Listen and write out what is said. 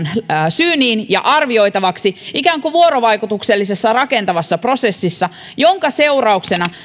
syyniin ja arvioitavaksi ikään kuin vuorovaikutuksellisessa ja rakentavassa prosessissa jonka seurauksena